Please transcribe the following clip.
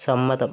സമ്മതം